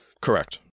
Correct